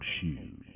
shoes